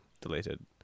deleted